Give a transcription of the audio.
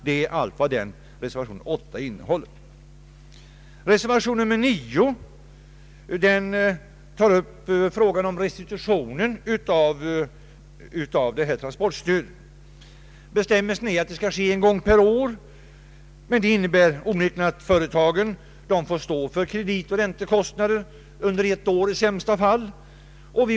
Det är allt vad reservationen 8 innehåller. Reservationen 9 tar upp frågan om restitution av transportstödet. Bestämmelsen att restitution skall ske en gång per år innebär onekligen att företagen får stå för kreditoch räntekostnader under i sämsta fall ett år.